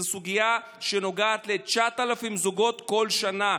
זו סוגיה שנוגעת ל-9,000 זוגות כל שנה.